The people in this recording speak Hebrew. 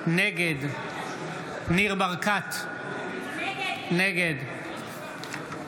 נגד ניר ברקת, נגד